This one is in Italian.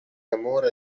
amore